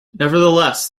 nevertheless